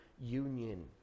union